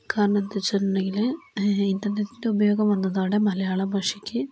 കാരണം എന്താന്ന് വച്ചിട്ടുണ്ടെങ്കില് ഇൻ്റർനെറ്റിൻ്റെ ഉപയോഗം വന്നതോടെ മലയാള ഭാഷയ്ക്ക്